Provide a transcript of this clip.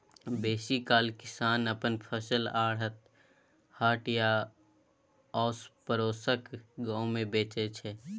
बेसीकाल किसान अपन फसल आढ़त, हाट या आसपरोसक गाम मे बेचै छै